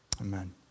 Amen